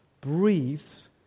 breathes